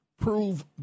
prove